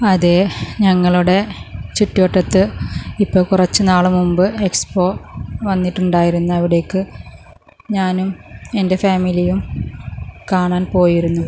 അതെ ഞങ്ങളുടെ ചുറ്റുവട്ടത്ത് ഇപ്പോൾ കുറച്ചുനാൾ മുമ്പ് എക്സ്പോ വന്നിട്ടുണ്ടായിരുന്നു അവിടേക്ക് ഞാനും എൻ്റെ ഫാമിലിയും കാണാൻ പോയിരുന്നു